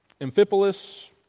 Amphipolis